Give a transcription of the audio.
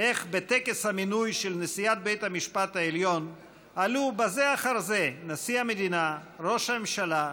איך בטקס המינוי של נשיאת בית המשפט העליון עלו זה אחר זה ראש הממשלה,